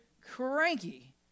cranky